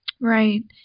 Right